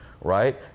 right